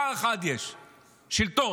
שלטון.